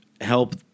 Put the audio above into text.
help